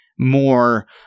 more